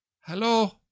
hello